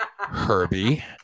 Herbie